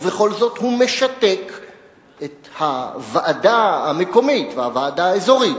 ובכל זאת הוא משתק את הוועדה המקומית והוועדה האזורית